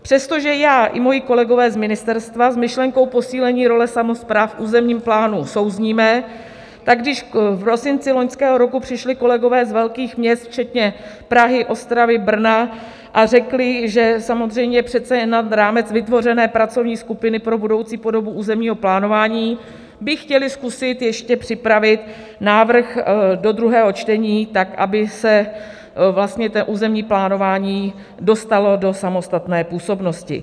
Přestože já i moji kolegové z ministerstva s myšlenkou posílení role samospráv v územním plánu souzníme, tak když v prosinci loňského roku přišli kolegové z velkých měst včetně Prahy, Ostravy, Brna a řekli, že samozřejmě přece jen nad rámec vytvořené pracovní skupiny pro budoucí podobu územního plánování by chtěli zkusit ještě připravit návrh do druhého čtení tak, aby se vlastně to územní plánování dostalo do samostatné působnosti.